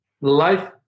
life